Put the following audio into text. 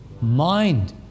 mind